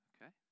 Okay